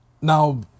now